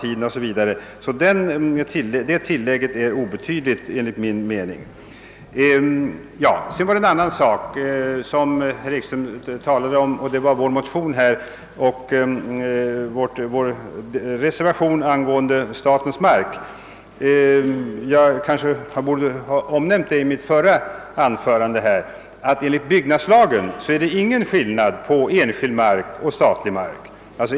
Ifrågavarande tillägg är alltså obetydligt enligt min mening. Den andra saken som jag vill beröra gäller herr Ekströms uttalande om vår motion och vår reservation angående statens mark. Jag borde kanske ha nämnt i mitt förra anförande att enligt byggnadslagen är det ingen skillnad mellan enskild mark och statlig mark.